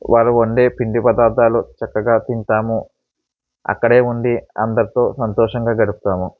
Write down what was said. వాళ్ళు వండే పిండి పదార్థాలు చక్కగా తింటాము అక్కడ ఉండి అందరితో సంతోషంగా గడుపుతాము